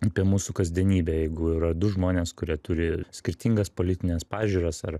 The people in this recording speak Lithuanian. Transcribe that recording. apie mūsų kasdienybę jeigu yra du žmonės kurie turi skirtingas politines pažiūras ar